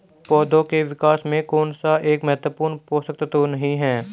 पौधों के विकास में कौन सा एक महत्वपूर्ण पोषक तत्व नहीं है?